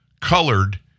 Colored